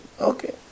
Okay